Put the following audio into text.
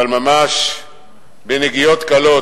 אבל ממש בנגיעות קלות,